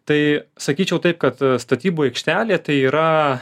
tai sakyčiau taip kad statybų aikštelė tai yra